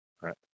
right